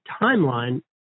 timeline